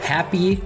Happy